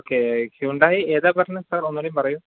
okay Hyundai എതാ പറഞ്ഞത് sir ഒന്നുംകൂടി പറയൂ